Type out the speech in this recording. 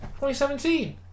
2017